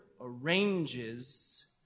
arranges